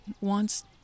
wants